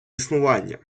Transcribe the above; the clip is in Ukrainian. існування